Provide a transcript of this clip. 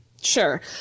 Sure